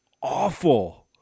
Awful